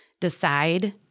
decide